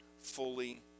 fully